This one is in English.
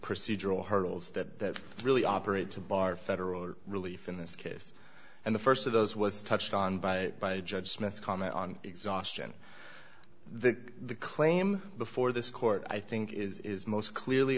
procedural hurdles that really operate to bar federal relief in this case and the first of those was touched on by by judge smith's comment on exhaustion the the claim before this court i think is most clearly